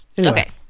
Okay